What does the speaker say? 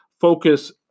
focus